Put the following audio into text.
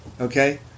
Okay